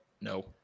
No